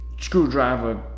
screwdriver